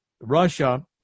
Russia